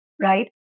right